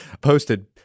posted